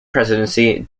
presidency